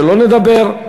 שלא נדבר.